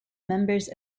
members